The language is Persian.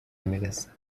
میرسه